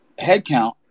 headcount